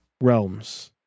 realms